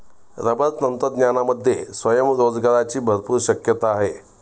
rubber तंत्रज्ञानामध्ये स्वयंरोजगाराची भरपूर शक्यता आहे